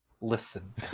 listen